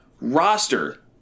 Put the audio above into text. roster